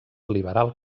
liberal